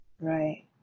right